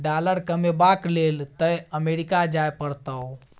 dollar comeback लेल तए अमरीका जाय परतौ